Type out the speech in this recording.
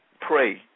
pray